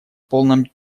полном